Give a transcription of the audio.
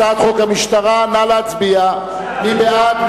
הצעת חוק המשטרה, מי בעד?